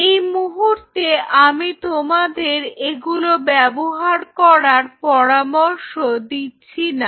এই মুহূর্তে আমি তোমাদের এগুলো ব্যবহার করার পরামর্শ দিচ্ছি না